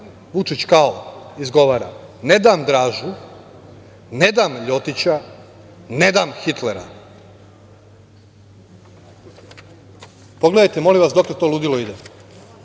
Vučić kao izgovara – ne dam Dražu, ne dam Ljotića, ne dam Hitlera. Pogledajte, molim vas, dokle to ludilo ide. Ja